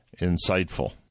insightful